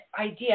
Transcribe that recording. idea